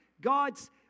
God's